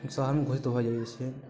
शहरमे घोषित भऽ जाइत छै